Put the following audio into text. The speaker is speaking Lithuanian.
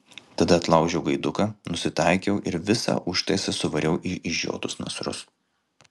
tada atlaužiau gaiduką nusitaikiau ir visą užtaisą suvariau į išžiotus nasrus